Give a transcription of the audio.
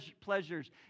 pleasures